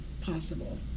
possible